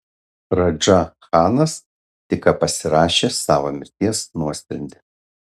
radža chanas tik ką pasirašė savo mirties nuosprendį